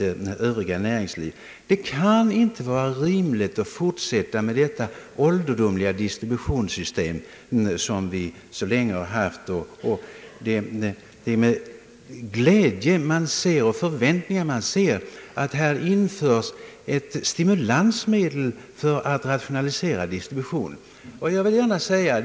Det kan inte vara rimligt att fortsätta med detta ålderdomliga distributionssystem, och det är med förväntningar man ser att det införs ett stimulansmedel för att rationalisera distributionen.